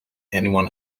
anyone